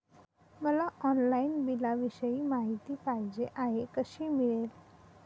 मला ऑनलाईन बिलाविषयी माहिती पाहिजे आहे, कशी मिळेल?